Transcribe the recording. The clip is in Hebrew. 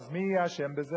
אז מי יהיה אשם בזה?